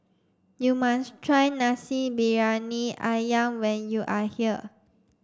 you must try Nasi Briyani Ayam when you are here